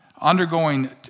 undergoing